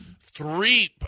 Three